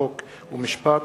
חוק ומשפט.